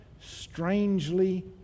strangely